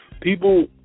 people